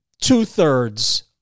two-thirds